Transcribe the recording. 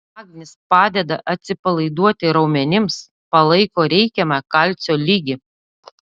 magnis padeda atsipalaiduoti raumenims palaiko reikiamą kalcio lygį